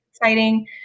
exciting